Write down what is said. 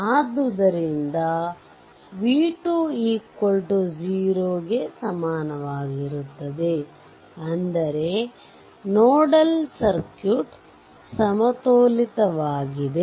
ಆದ್ದರಿಂದ v2 0 ಸಮನಾಗಿರುತ್ತದೆ ಅಂದರೆ ನೋಡಲ್ ಸರ್ಕ್ಯೂಟ್ ಸಮತೋಲಿತವಾಗಿದೆ